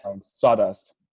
sawdust